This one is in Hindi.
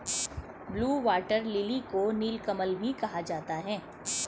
ब्लू वाटर लिली को नीलकमल भी कहा जाता है